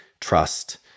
trust